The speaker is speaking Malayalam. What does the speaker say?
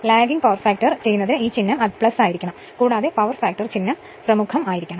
ലാഗിംഗ് പവർ ചെയ്യുന്നതിന് ആ ചിഹ്നം ആയിരിക്കണം കൂടാതെ പവർ ഫാക്ടർ ചിഹ്നം പ്രമുഖമായിരിക്കണം